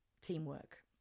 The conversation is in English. teamwork